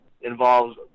involves